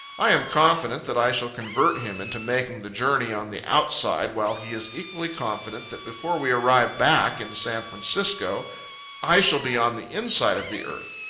i am confident that i shall convert him into making the journey on the outside, while he is equally confident that before we arrive back in san francisco i shall be on the inside of the earth.